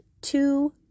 two